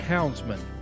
Houndsman